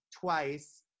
twice